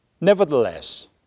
Nevertheless